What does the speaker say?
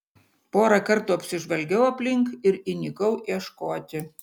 porą kartų apsižvalgiau aplink ir įnikau ieškoti